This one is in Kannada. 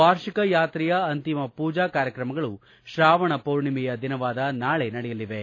ವಾರ್ಷಿಕ ಯಾತ್ರೆಯ ಅಂತಿಮ ಪೂಜಾ ಕಾರ್ಯಕ್ರಮಗಳು ಶ್ರಾವಣ ಪೂರ್ಣಿಮೆಯ ದಿನವಾದ ನಾಳೆ ನಡೆಯಲಿವೆ